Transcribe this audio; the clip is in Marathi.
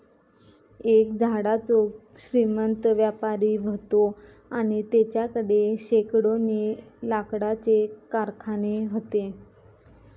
एक लाकडाचो श्रीमंत व्यापारी व्हतो आणि तेच्याकडे शेकडोनी लाकडाचे कारखाने व्हते